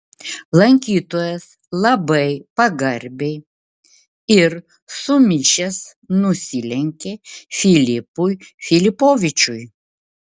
lankytojas labai pagarbiai ir sumišęs nusilenkė filipui filipovičiui